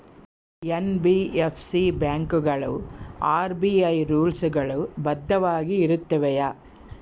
NBFC ಬ್ಯಾಂಕುಗಳು RBI rules ಗಳು ಬದ್ಧವಾಗಿ ಇರುತ್ತವೆಯ?